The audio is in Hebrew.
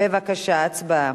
בבקשה, הצבעה.